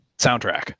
soundtrack